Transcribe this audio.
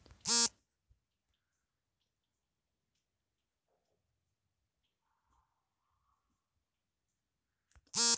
berry ಹಣ್ಣುತರ ಆದ್ರೆ berry ಹಣ್ಣಲ್ಲದ ಹಣ್ಣನ್ನು ಉತ್ಪಾದಿಸೊ ಗಿಡನ ದುಂಡುಗಾಯಿ ಹಣ್ಣೆಂದು ಕರೀತಾರೆ